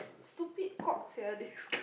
stupid cock sia this guy